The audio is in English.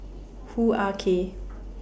Hoo Ah Kay